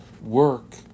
work